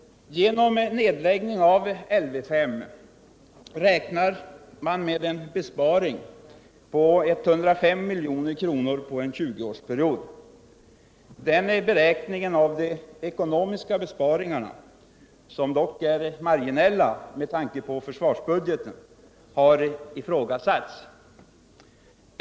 Genom nedläggning av Lv 5 räknar man med en besparing på 105 milj.kr. under en 20-årsperiod. Den beräkningen av de ekonomiska besparingarna, som dock är marginella med tanke på försvarsbudgeten, har ifrågasatts.